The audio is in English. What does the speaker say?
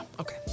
okay